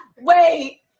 Wait